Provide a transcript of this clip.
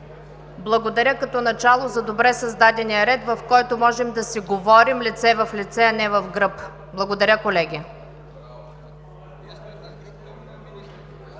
Благодаря като начало за добре създадения ред, в който можем да си говорим лице в лице, а не в гръб. Благодаря, колеги.